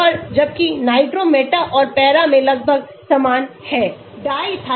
और जबकि nitro meta और पैरा में लगभग समान है